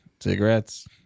Cigarettes